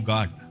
God